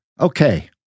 Okay